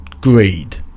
greed